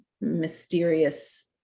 mysterious